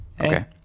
okay